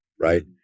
Right